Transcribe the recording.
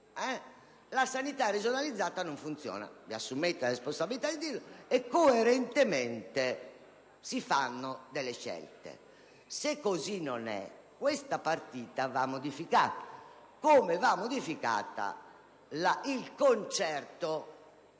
la sanità regionalizzata non funziona. Vi assumete la responsabilità di dirlo e coerentemente operate delle scelte. Se così non è, questa partita va modificata, come va modificata l'espressione